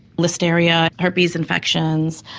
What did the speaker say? listeria, herpes infections,